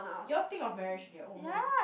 you all think of marriage their oh no